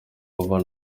bava